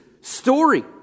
story